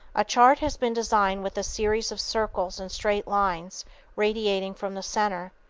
a chart has been designed with a series of circles and straight lines radiating from the center.